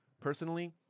Personally